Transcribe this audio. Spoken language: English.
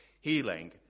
healing